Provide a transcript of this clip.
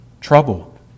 trouble